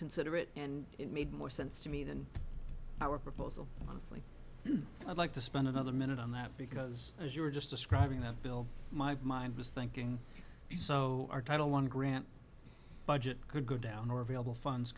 considerate and it made more sense to me than our proposal honestly i'd like to spend another minute on that because as you were just describing that bill my mind was thinking you so i don't want to grant budget could go down or available funds